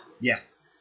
Yes